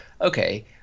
Okay